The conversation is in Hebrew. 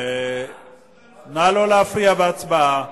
ונא לא להפריע בהצבעה.